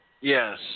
Yes